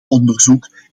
onderzoek